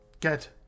get